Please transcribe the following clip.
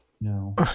No